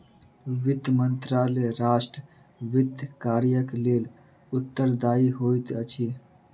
वित्त मंत्रालय राष्ट्र वित्त कार्यक लेल उत्तरदायी होइत अछि